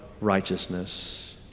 righteousness